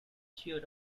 cheer